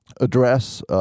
address